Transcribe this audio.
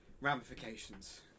ramifications